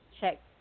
check